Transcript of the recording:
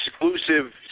exclusive